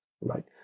right